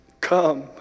Come